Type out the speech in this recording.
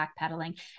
backpedaling